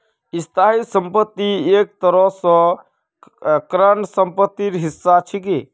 स्थाई संपत्ति एक तरह स करंट सम्पत्तिर हिस्सा छिके